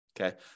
okay